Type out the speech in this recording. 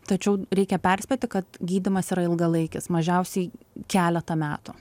tačiau reikia perspėti kad gydymas yra ilgalaikis mažiausiai keletą metų